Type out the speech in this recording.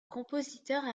compositeurs